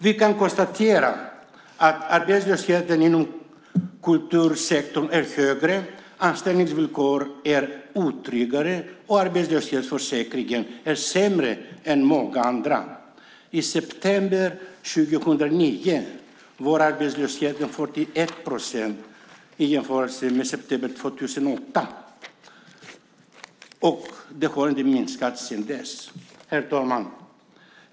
Vi kan konstatera att arbetslösheten inom kultursektorn är högre, anställningsvillkoren är otryggare och arbetslöshetsförsäkringen är sämre än för många andra. I september 2009 var arbetslösheten 41 procent i jämförelse med september 2008, och den har inte minskat sedan dess. Herr talman!